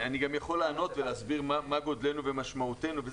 אני גם יכול לענות ולהגיד מה גודלנו ומה המשמעות שלנו,